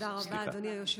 תודה רבה, אדוני היושב-ראש.